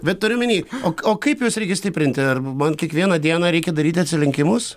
bet turiu omeny o k o kaip juos reikia stiprinti ar man kiekvieną dieną reikia daryti atsilenkimus